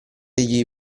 gli